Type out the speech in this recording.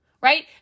Right